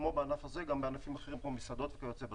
כמו בענף הזה וכמו בעסקים אחרים וכיוצא בזה.